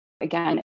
again